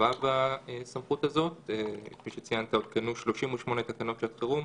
כי בדרך-כלל הממשלה לא משתמשת בסמכות שלה להתקין תקנות שעת חירום,